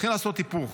צריכים לעשות היפוך